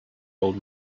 old